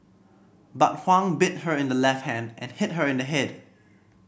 but Huang bit her in the left hand and hit her in the head